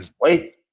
wait